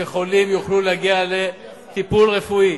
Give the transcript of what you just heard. שחולים יוכלו להגיע לטיפול רפואי.